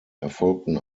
erfolgten